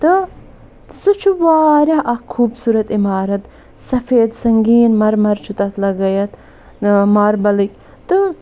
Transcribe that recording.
تہٕ سُہ چھُ واریاہ اَکھ خوبصوٗرت عمارت سفید سنگیٖن مرمر چھُ تتھ لَگٲوِتھ ماربَلٕکۍ تہٕ